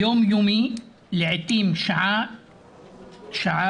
יום-יומי, לעתים שעה-שעה,